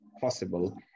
possible